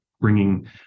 bringing